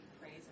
praise